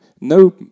no